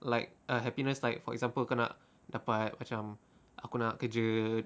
like err happiness like for example kau nak dapat macam aku nak kerja